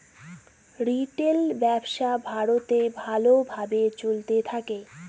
retail ব্যবসা ভারতে ভালো ভাবে চলতে থাকে